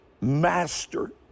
master